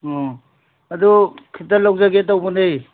ꯎꯝ ꯑꯗꯨ ꯈꯤꯇ ꯂꯧꯖꯒꯦ ꯇꯧꯕꯅꯦ